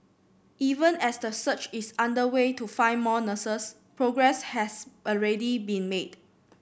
even as the search is underway to find more nurses progress has already been made